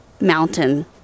mountain